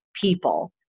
people